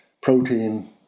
protein